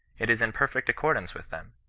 it is in perfect accordance with them.